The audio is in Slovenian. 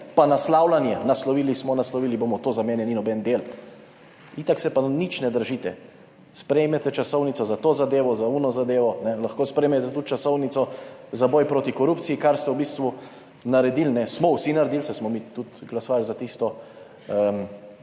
pa naslavljanje, naslovili smo, naslovili bomo, to za mene ni noben del, itak se pa nič ne držite, sprejmete časovnico za to zadevo za ono zadevo, lahko sprejmete tudi časovnico za boj proti korupciji, kar ste v bistvu naredili, smo vsi naredili, saj smo mi tudi glasovali za tisto,